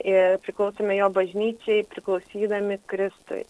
ir priklausome jo bažnyčiai priklausydami kristui